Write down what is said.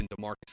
DeMarcus